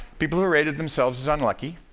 people who rated themselves as unlucky